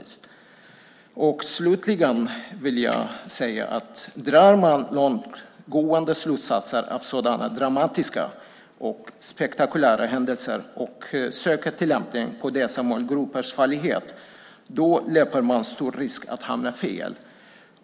Slutligen vill jag säga att om man drar långtgående slutsatser av sådana dramatiska och spektakulära händelser och söker tillämpning på en hel grupp löper man stor risk att hamna fel.